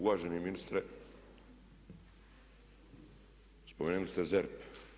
Uvaženi ministre spomenuli ste ZERP.